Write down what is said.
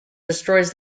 destroys